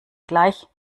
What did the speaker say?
gleich